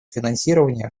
финансирования